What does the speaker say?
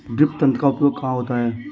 Drip तंत्र का उपयोग कहाँ होता है?